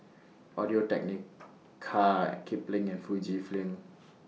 Audio Technica Kipling and Fujifilm